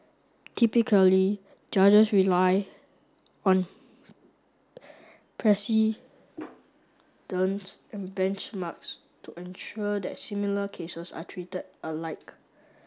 typically judges rely on precedent and benchmarks to ensure that similar cases are treated alike